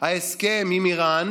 ההסכם עם איראן,